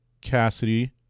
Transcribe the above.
Cassidy